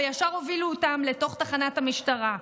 וישר הובילו אותם לתוך תחנת המשטרה.